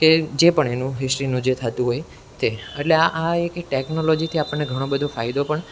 કે જે પણ એનું હિસ્ટ્રીનુ જે થતું હોય તે એટલે આ આ એક ટેકનોલોજીથી આપણને ઘણો બધો ફાયદો પણ